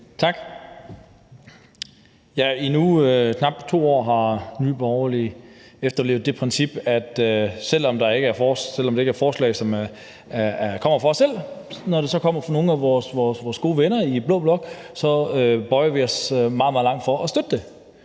Tak. I nu knap 2 år har Nye Borgerlige efterlevet det princip, at selv om det ikke er et forslag, som kommer fra os selv, men som så kommer fra nogle af vores gode venner i blå blok, så bøjer vi os meget, meget langt for at støtte det.